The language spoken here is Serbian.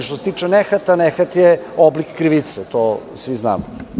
Što se tiče nehata, nehat je oblik krivice to svi znamo.